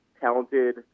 talented